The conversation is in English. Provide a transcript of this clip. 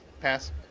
Pass